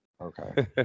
Okay